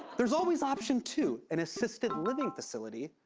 there's always option two, an assisted living facility,